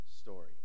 story